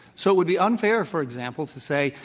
so, it would be unfair, for example, to say,